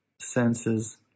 senses